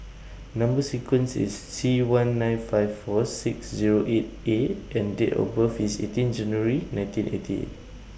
Number sequence IS T one nine five four six Zero eight A and Date of birth IS eighteen January nineteen ninety eight